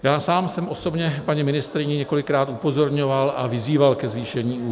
Já sám jsem osobně paní ministryni několikrát upozorňoval a vyzýval ke zvýšení úhrad.